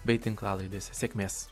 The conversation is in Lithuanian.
bei tinklalaidės sėkmės